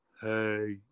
Hey